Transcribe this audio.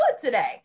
today